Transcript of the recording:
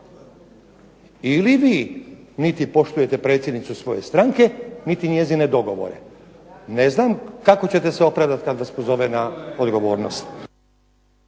Ili vi niti poštujete predsjednicu vaše stranke niti njezine dogovore. Ne znam kako ćete se opravdati kada vas pozove na odgovornost.